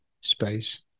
space